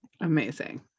Amazing